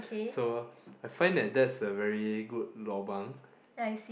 so I find that that's a very good lobang